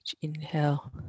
inhale